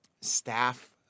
staff